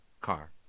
car